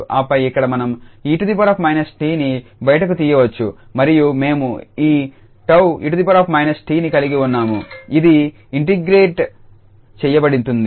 ఆపై ఇక్కడ మనం 𝑒−𝑡 ని బయటకు తీయవచ్చు మరియు మేము ఈ 𝜏𝑒−𝜏ని కలిగి ఉన్నాము ఇది ఇంటెగ్రేట్ చేయబడుతుంది